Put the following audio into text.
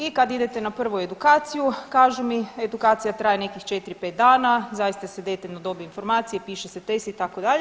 I kad idete na prvu edukaciju kažu mi edukacija traje nekih četiri, pet dana, zaista se detaljno dobije informacija, piše se test itd.